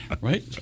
right